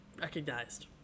Recognized